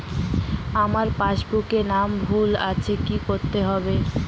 আমার পাসবুকে নাম ভুল আছে কি করতে হবে?